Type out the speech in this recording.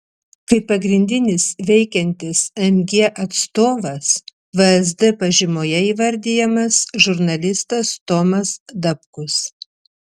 kaip pagrindinis veikiantis mg atstovas vsd pažymoje įvardijamas žurnalistas tomas dapkus